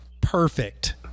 perfect